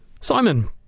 Simon